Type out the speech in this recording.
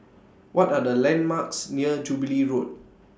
What Are The landmarks near Jubilee Road